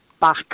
back